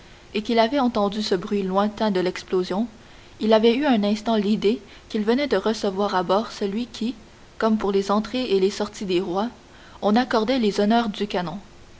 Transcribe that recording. et qu'il avait entendu ce bruit lointain de l'explosion il avait eu un instant l'idée qu'il venait de recevoir à bord celui à qui comme pour les entrées et les sorties des rois on accordait les honneurs du canon